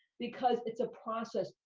because it's a process.